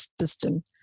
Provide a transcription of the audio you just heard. system